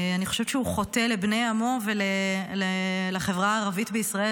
אני חושבת שהוא חוטא לבני עמו ולחברה הערבית בישראל,